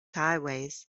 highways